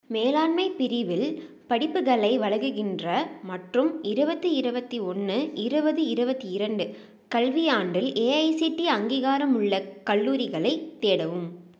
மேலாண்மை பிரிவில் படிப்புகளை வழங்குகின்ற மற்றும் இருபத்தி இருபத்தி ஒன்று இருபது இருபத்தி ரெண்டு கல்வியாண்டில் ஏஐசிடிஇ அங்கீகாரமுள்ள கல்லூரிகளைத் தேடவும்